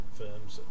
firms